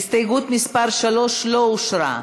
הסתייגות מס' 3 לא אושרה.